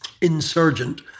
insurgent